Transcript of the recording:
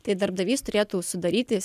tai darbdavys turėtų sudaryti